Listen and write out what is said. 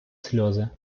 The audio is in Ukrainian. сльози